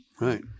right